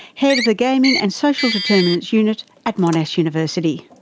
head of the gambling and social determinants unit at monash university.